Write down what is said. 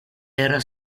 era